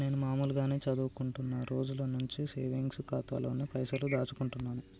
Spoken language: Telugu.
నేను మామూలుగానే చదువుకుంటున్న రోజుల నుంచి సేవింగ్స్ ఖాతాలోనే పైసలు దాచుకుంటున్నాను